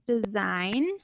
design